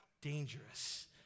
dangerous